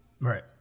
Right